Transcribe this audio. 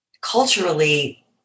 Culturally